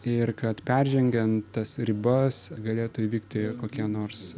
ir kad peržengiant tas ribas galėtų įvykti kokie nors